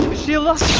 shields